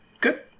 Good